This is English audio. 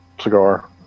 Cigar